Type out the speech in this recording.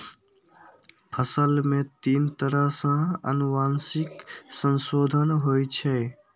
फसल मे तीन तरह सं आनुवंशिक संशोधन होइ छै